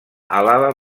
àlaba